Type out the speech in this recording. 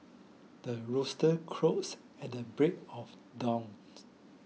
the rooster crows at the break of dawns